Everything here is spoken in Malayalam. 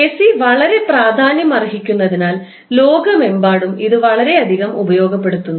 എസി വളരെ പ്രാധാന്യമർഹിക്കുന്നതിനാൽ ലോകമെമ്പാടും ഇത് വളരെയധികം ഉപയോഗപ്പെടുത്തുന്നു